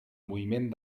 moviment